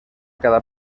cada